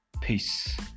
Peace